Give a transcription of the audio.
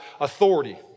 authority